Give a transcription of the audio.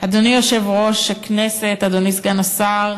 אדוני היושב-ראש, אדוני סגן השר,